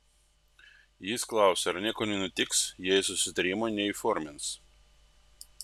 jis klausė ar nieko nenutiks jei susitarimo neįformins